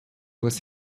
was